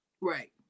Right